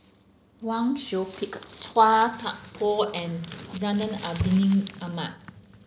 Wang Sui Pick Chua Thian Poh and Zainal Abidin Ahmad